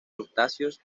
crustáceos